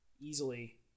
Easily